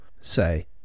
say